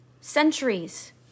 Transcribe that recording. centuries